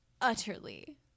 utterly